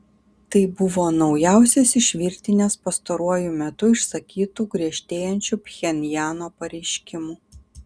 tai buvo naujausias iš virtinės pastaruoju metu išsakytų griežtėjančių pchenjano pareiškimų